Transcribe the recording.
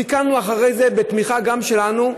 תיקנו אחרי זה, בתמיכה שלנו,